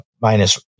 minus